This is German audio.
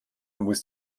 muss